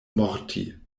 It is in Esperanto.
morti